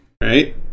Right